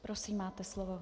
Prosím, máte slovo.